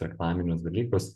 reklaminius dalykus